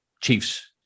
Chiefs